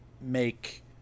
make